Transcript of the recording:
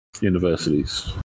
universities